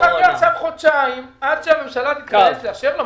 הוא יחכה עכשיו חודשיים עד שהממשלה תתכנס לאשר לו?